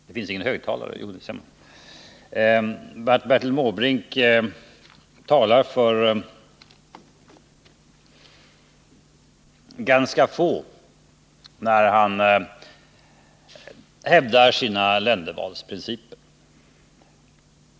Fru talman! Jag har en känsla av att Bertil Måbrink talar för ganska få, när han hävdar sina ländervalsprinciper.